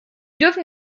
dürfen